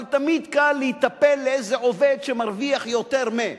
אבל תמיד קל להיטפל לאיזה עובד שמרוויח יותר מ-.